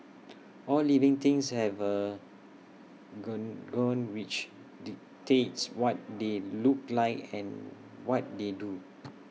all living things have A gone gone which dictates what they look like and what they do